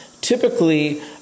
Typically